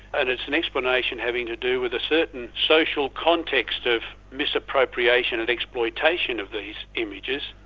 and it's an explanation having to do with a certain social context of misappropriation and exploitation of these images,